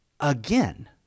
Again